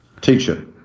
Teacher